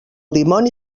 dimoni